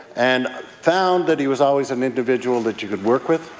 and found that he was always an individual that you could work with,